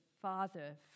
Father